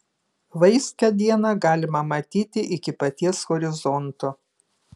vaiskią dieną galima matyti iki paties horizonto